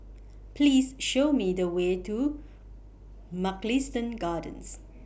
Please Show Me The Way to Mugliston Gardens